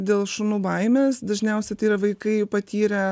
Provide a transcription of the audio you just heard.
dėl šunų baimės dažniausia tai yra vaikai patyrę